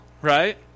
right